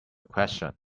question